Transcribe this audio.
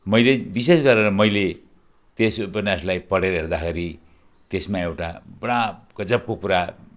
मैले विशेष गरेर मैले त्यस उपन्यासलाई पढेर हेर्दाखेरि त्यसमा एउटा पुरा गजबको कुरा